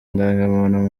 indangamuntu